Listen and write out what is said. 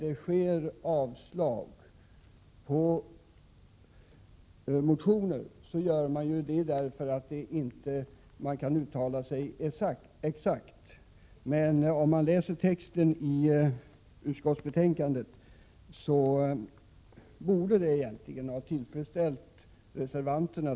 När man avstyrker motioner sker detta därför att man inte kan uttala sig exakt. Texten i utskottsbetänkandet borde egentligen ha tillfredsställt reservanterna.